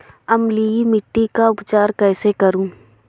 अम्लीय मिट्टी का उपचार कैसे करूँ?